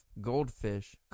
Goldfish